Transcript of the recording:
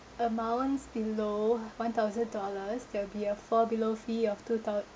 amounts below one thousand dollars there'll be a fall below fee of two thou~